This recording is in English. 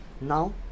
Now